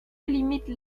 limite